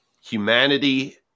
humanity